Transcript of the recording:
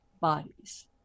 bodies